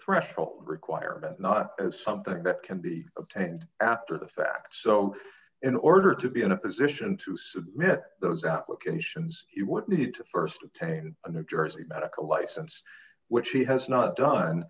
threshold requirement not something that can be obtained after the fact so in order to be in a position to submit those applications you would need to st attain a new jersey medical license which he has not done